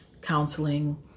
counseling